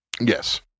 Yes